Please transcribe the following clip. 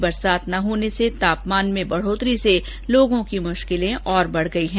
साथ ही बरसात न होने से तापमान में बढोतरी से लोगों की मुश्किलें और बढ़ गयी है